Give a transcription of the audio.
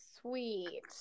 sweet